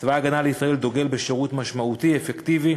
צבא הגנה לישראל דוגל בשירות משמעותי, אפקטיבי